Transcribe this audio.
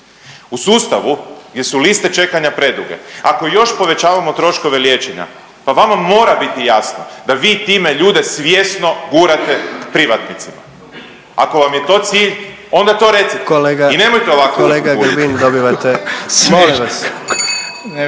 U sustavu gdje su liste čekanja preduge, ako još povećavamo troškove liječenja, pa vama mora biti jasno da vi time ljude svjesno gurate privatnicima. Ako vam je to cilj, onda to recite. I nemojte ovako .../Govornik se ne